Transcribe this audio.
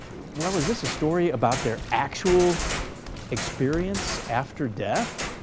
well is this a story about their actual experience after death?